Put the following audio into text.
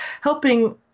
helping